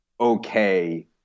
okay